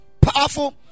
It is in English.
powerful